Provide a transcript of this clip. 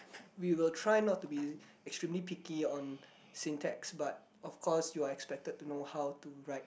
we'll try not to be extremely picky on syn text but of course you're expected to know how to write